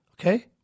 okay